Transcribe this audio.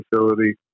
facility